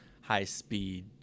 high-speed